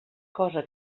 cosa